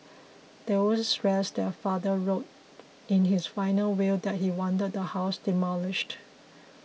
they also stressed that their father wrote in his final will that he wanted the house demolished